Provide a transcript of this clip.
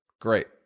great